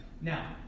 Now